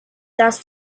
dass